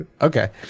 Okay